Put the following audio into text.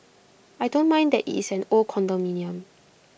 I don't mind that IT is an old condominium